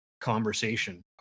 conversation